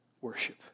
worship